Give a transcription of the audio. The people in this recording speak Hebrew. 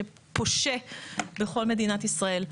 שפושה בכל מדינת ישראל.